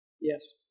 Yes